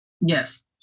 Yes